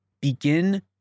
begin